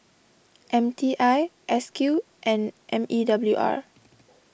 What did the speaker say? M T I S Q and M E W R